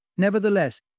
Nevertheless